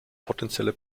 potenzielle